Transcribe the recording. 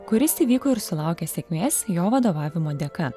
kuris įvyko ir sulaukė sėkmės jo vadovavimo dėka